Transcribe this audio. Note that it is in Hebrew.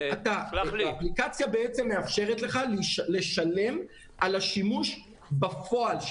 האפליקציה בעצם מאפשרת לך לשלם על השימוש בפועל,